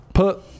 put